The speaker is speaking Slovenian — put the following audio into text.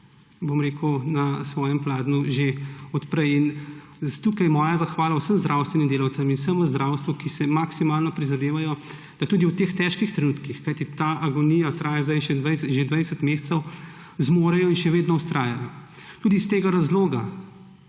dnevno na svojem pladnju že od prej. Tukaj moja zahvala vsem zdravstvenim delavcem in vsem v zdravstvu, ki si maksimalno prizadevajo, da tudi v teh težkih trenutkih, kajti ta agonija traja zdaj že 20 mesecev, zmorejo in še vedno vztrajajo. Tudi iz tega razloga